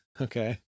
Okay